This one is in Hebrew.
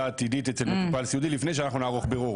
עתידית אצל מטופל סיעודי לפני שאנחנו נערוך בירור.